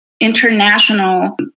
international